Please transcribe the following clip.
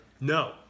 No